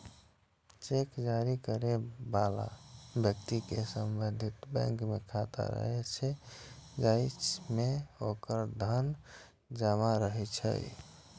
cheque जारी करै बला व्यक्ति के संबंधित बैंक मे खाता रहै छै, जाहि मे ओकर धन जमा रहै छै